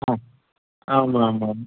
आम् आमामाम्